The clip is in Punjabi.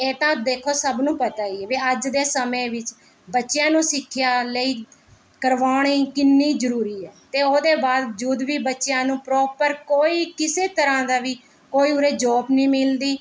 ਇਹ ਤਾਂ ਦੇਖੋ ਸਭ ਨੂੰ ਪਤਾ ਹੀ ਵੀ ਅੱਜ ਦੇ ਸਮੇਂ ਵਿੱਚ ਬੱਚਿਆਂ ਨੂੰ ਸਿੱਖਿਆ ਲਈ ਕਰਵਾਉਣੀ ਕਿੰਨੀ ਜ਼ਰੂਰੀ ਹੈ ਅਤੇ ਉਹਦੇ ਬਾਵਜੂਦ ਵੀ ਬੱਚਿਆਂ ਨੂੰ ਪ੍ਰੋਪਰ ਕੋਈ ਕਿਸੇ ਤਰ੍ਹਾਂ ਦਾ ਵੀ ਕੋਈ ਉਰੇ ਜੋਪ ਨਹੀਂ ਮਿਲਦੀ